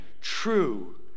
true